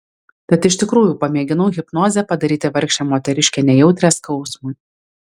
tad iš tikrųjų pamėginau hipnoze padaryti vargšę moteriškę nejautrią skausmui